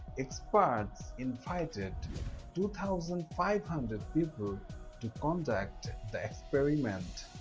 experts invited two thousand five hundred people to conduct the experiment,